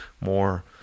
more